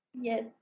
Yes